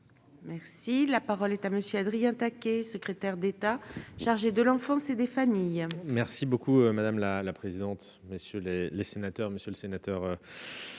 Merci, la parole est à monsieur Adrien taquet, secrétaire d'État chargé de l'enfance et des familles. Merci beaucoup madame la la présidente, messieurs les sénateurs, Monsieur le Sénateur,